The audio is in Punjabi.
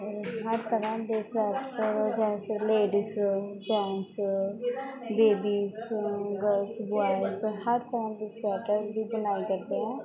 ਹਰ ਤਰ੍ਹਾਂ ਦੇ ਸਵੈਟਰ ਜੈਸੇ ਲੇਡੀਜ਼ ਅ ਜੈਂਟਸ ਅ ਬੇਬੀਸ ਅ ਗਰਲਸ ਬੋਆਇਸ ਹਰ ਤਰ੍ਹਾਂ ਦੇ ਸਵੈਟਰ ਦੀ ਬੁਣਾਈ ਕਰਦੇ ਹਾਂ